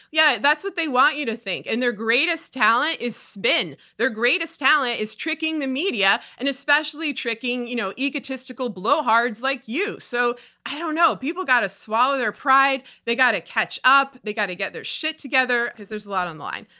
yeah, that's what they want you to think. and their greatest talent, it's so been their greatest talent, is tricking the media and especially tricking you know egotistical blowhards like you. so i don't know. people gotta swallow their pride. they've got to catch up. they've got to get their shit together, because there's a lot on the line.